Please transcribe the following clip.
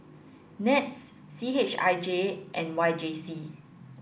NETS C H I J and Y J C